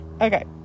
Okay